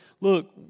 look